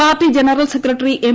party general secretary M